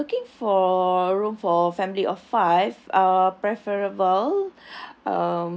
uh I'm looking for a room for family of five uh preferable